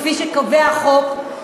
כפי שקובע החוק.